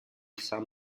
san